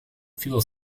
fuel